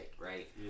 right